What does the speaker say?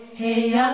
hey